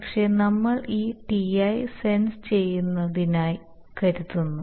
പക്ഷേ നമ്മൾ ഈ Ti സെൻസ് ചെയ്യുന്നതായി കരുതുന്നു